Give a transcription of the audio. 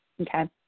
okay